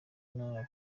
nabi